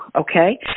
okay